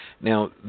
Now